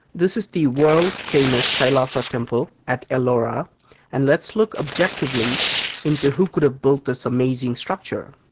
this is the world famous kailasa temple at ellora and let's look objectively into who could have built this amazing structure.